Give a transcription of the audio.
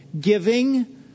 giving